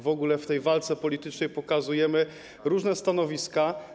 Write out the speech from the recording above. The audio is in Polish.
W ogóle w tej walce politycznej pokazujemy różne stanowiska.